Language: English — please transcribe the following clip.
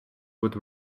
with